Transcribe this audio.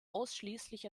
ausschließlich